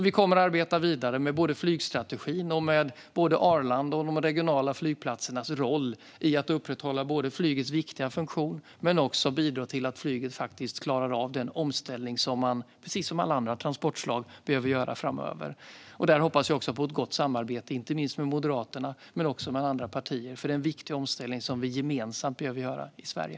Vi kommer att arbeta vidare med både flygstrategin och Arlandas och de regionala flygplatsernas roll i att upprätthålla flygets viktiga funktion och att bidra till att flyget klarar av den omställning som det, precis som alla andra transportslag, behöver göra framöver. Där hoppas jag på ett gott samarbete, inte minst med Moderaterna men också med andra partier, för det är en viktig omställning som vi gemensamt behöver göra i Sverige.